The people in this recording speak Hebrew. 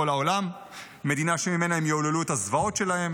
העולם מדינה שממנה הם יעוללו את הזוועות שלהם,